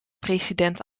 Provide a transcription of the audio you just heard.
president